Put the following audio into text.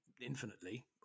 infinitely